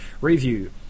review